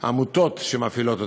של עמותות שמפעילות אותם.